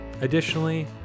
Additionally